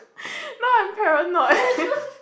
no I'm paranoid